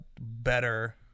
better